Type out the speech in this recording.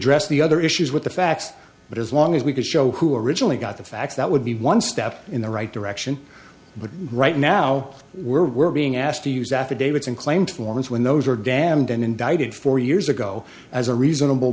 addressed the other issues with the facts but as long as we could show who originally got the facts that would be one step in the right direction but right now we're we're being asked to use affidavits and claim forms when those are damned and indicted four years ago as a reasonable